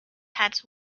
hats